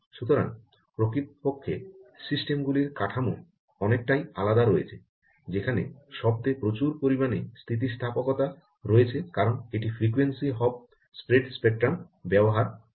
সুতরাং প্রকৃতপক্ষে সিস্টেম গুলির কাঠামো অনেকটাই আলাদা রয়েছে যেখানে শব্দে প্রচুর পরিমাণে স্থিতিস্থাপকতা রয়েছে কারণ এটি ফ্রিকোয়েন্সি হপ স্প্রেড স্পেক্ট্রাম ব্যবহার করে